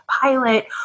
pilot